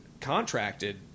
contracted